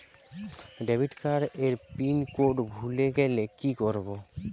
Debit card এর pin code ভুলে গেলে কি করব?